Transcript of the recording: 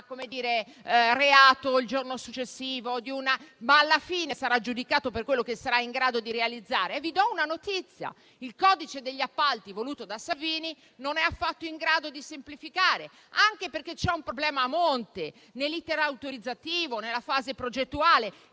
di un reato il giorno successivo, ma alla fine sarà giudicato per quello che sarà in grado di realizzare. Vi do una notizia: il codice degli appalti voluto da Salvini non è affatto in grado di semplificare, anche perché c'è un problema a monte, nell'*iter* autorizzativo e nella fase progettuale,